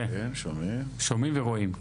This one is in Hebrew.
כן, שומעים ורואים.